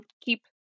keep